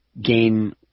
gain